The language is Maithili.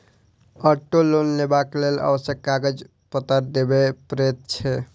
औटो लोन लेबाक लेल आवश्यक कागज पत्तर देबअ पड़ैत छै